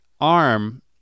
arm